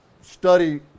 Study